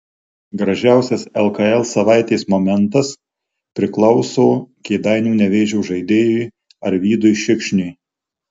gražiausias lkl savaitės momentas priklauso kėdainių nevėžio žaidėjui arvydui šikšniui